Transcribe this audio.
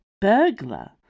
burglar